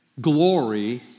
glory